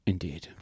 Indeed